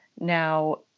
Now